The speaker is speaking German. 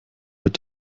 wird